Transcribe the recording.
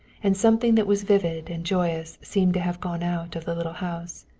and something that was vivid and joyous seemed to have gone out of the little house.